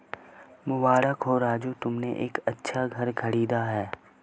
मुबारक हो राजू तुमने एक अच्छा घर खरीदा है